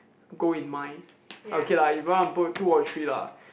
goal in mind okay lah if you want to put two or three lah